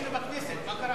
לא היינו בכנסת, מה קרה?